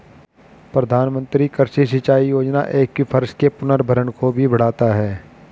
प्रधानमंत्री कृषि सिंचाई योजना एक्वीफर्स के पुनर्भरण को भी बढ़ाता है